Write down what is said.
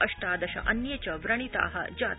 अष्टादश अन्ये च व्रणिता जाता